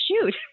shoot